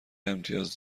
امتیاز